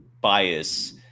bias